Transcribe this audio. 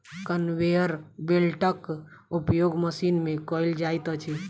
conveyor बेल्टक उपयोग machine मे कयल जाइत अछि